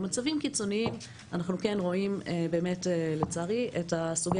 במצבים קיצוניים אנחנו כן רואים לצערי את סוגי